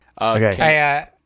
Okay